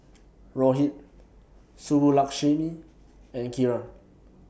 Rohit Subbulakshmi and Kiran